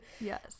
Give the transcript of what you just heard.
Yes